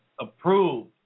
approved